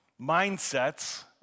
mindsets